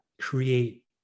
create